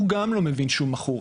הוא גם לא מבין שהוא מכור,